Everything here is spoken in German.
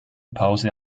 pause